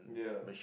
yeah